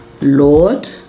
Lord